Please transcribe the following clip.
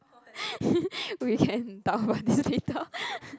we can talk about this later